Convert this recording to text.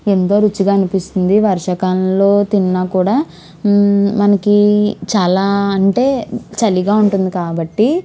ఎంతో రుచిగా అనిపిస్తుంది వర్షాకాలంలో తిన్నా కూడా మనకి చాలా అంటే చలిగా ఉంటుంది కాబట్టి